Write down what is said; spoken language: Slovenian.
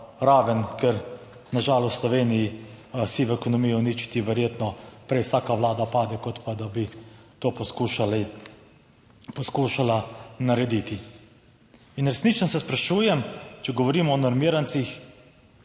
ker na žalost v Sloveniji sive ekonomije uničiti verjetno prej vsaka vlada pade kot pa, da bi to poskušali poskušala narediti. In resnično se sprašujem, če govorimo o normirancih,